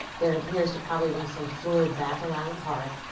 there appears to probably be some fluid back around your heart